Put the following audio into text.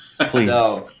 Please